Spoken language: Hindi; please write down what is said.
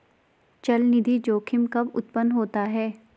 चलनिधि जोखिम कब उत्पन्न होता है?